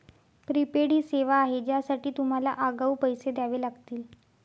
prepaid ही सेवा आहे ज्यासाठी तुम्हाला आगाऊ पैसे द्यावे लागतील